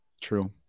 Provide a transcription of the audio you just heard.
True